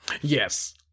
Yes